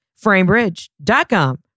Framebridge.com